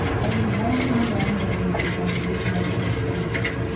only once in the long winter did he come near to breaking his promise.